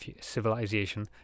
civilization